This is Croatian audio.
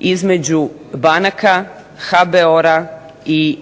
između banaka, HBOR-a i